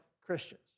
Christians